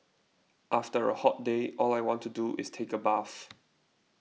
after a hot day all I want to do is take a bath